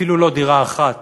אפילו לא דירה אחת